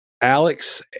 Alex